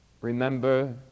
Remember